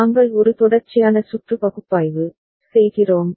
நாங்கள் ஒரு தொடர்ச்சியான சுற்று பகுப்பாய்வு செய்கிறோம்